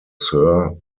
sir